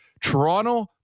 Toronto